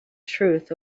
truth